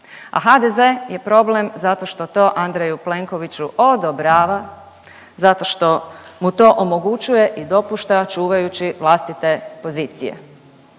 a HDZ je problem zato što to Andreju Plenkoviću odobrava, zato što mu to omogućuje i dopušta čuvajući vlastite pozicije.